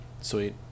Sweet